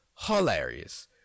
hilarious